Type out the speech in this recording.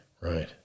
Right